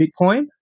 Bitcoin